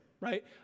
right